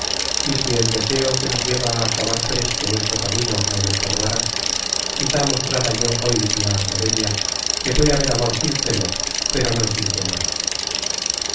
y si el deseo que nos lleva á acabar presto nuestro camino no lo estorbara quizá mostrara yo hoy en la academia que puede haber amor sin celos pero no sin temores